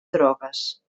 drogues